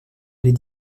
les